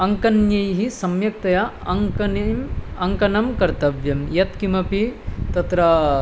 अङ्कन्यैः सम्यक्तया अङ्कनीम् अङ्कनं कर्तव्यं यत्किमपि तत्र